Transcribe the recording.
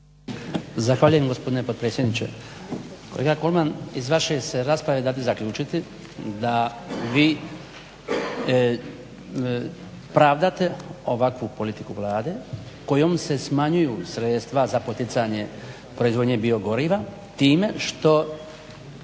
Zahvaljujem gospodine potpredsjedniče. Kolega Kolman iz vaše se rasprave dade zaključiti, da vi pravdate ovakvu politiku Vlade kojom se smanjuju sredstva za poticanje proizvodnje biogoriva time što